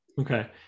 okay